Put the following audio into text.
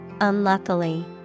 unluckily